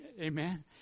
Amen